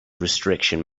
restriction